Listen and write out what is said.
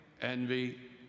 envy